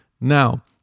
now